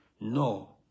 No